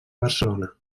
barcelona